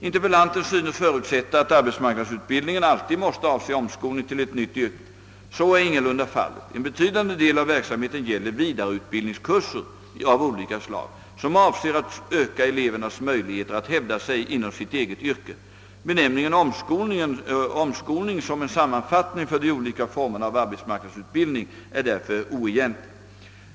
Interpellanten synes förutsätta att arbetsmarknadsutbildningen alltid måste avse omskolning till ett nytt yrke. Så är ingalunda fallet. En betydande del av verksamheten gäller vidareutbildningskurser av olika slag som avser att öka elevernas möjligheter att hävda sig inom sitt eget yrke. Benämningen omskolning som en sammanfattning för de olika formerna av arbetsmarknadsutbildning är därför oegentlig.